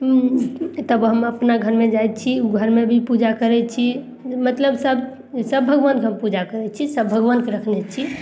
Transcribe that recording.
तब हम अपना घरमे जाइ छी उ घरमे भी पूजा करय छी मतलब सभ सभ भगवानके हम पूजा करय छी सभ भगवानके रखने छी